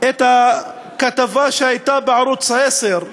את הכתבה שהייתה בערוץ 10,